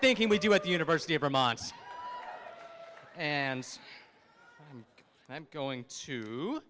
thinking we do at the university of vermont and i'm going to